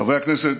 חברי הכנסת,